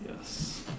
Yes